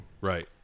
right